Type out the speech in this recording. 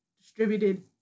distributed